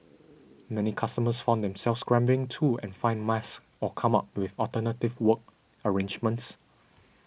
many customers found themselves scrambling to and find masks or come up with alternative work arrangements